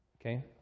Okay